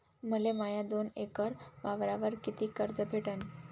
मले माया दोन एकर वावरावर कितीक कर्ज भेटन?